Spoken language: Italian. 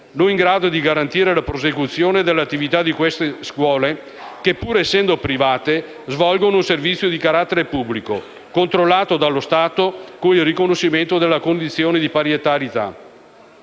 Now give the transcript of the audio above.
non in grado di garantire la prosecuzione dell'attività di queste scuole, che pur essendo private svolgono un servizio di carattere pubblico, controllato dallo Stato con il riconoscimento della condizione di scuole paritarie.